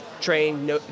Train